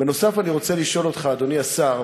בנוסף, אני רוצה לשאול אותך, אדוני השר: